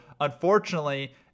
Unfortunately